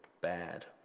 bad